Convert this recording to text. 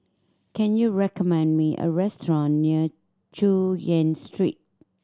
can you recommend me a restaurant near Chu Yen Street